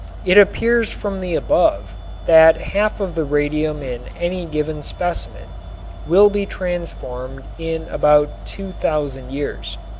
it appears from the above that half of the radium in any given specimen will be transformed in about two thousand years.